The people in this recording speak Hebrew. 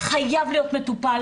להיות מטופל,